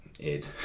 Ed